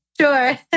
sure